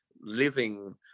living